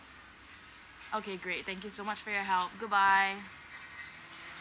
okay great thank you so much for your help goodbye